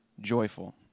joyful